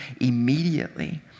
immediately